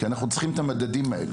כי אנחנו צריכים את המדדים האלה.